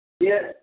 Yes